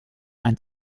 ein